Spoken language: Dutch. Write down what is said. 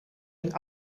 een